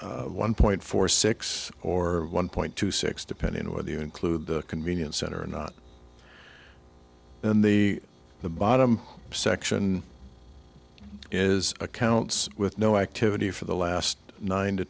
is one point four six or one point two six depending on whether you include the convenient center or not in the the bottom section is accounts with no activity for the last nine to